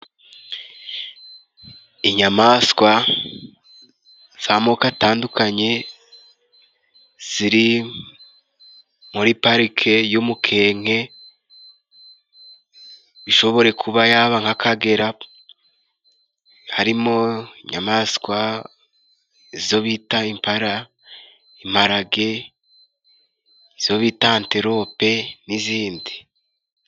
Inyamaswa z'amoko atandukanye ziri muri Parike y'umukenke, ishobore kuba yaba nk'Akagera harimo inyamaswa zo bita Impala, Imparage izo bita Antilope n'izindi.